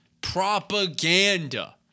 propaganda